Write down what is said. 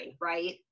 right